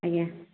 ଆଜ୍ଞା